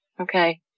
Okay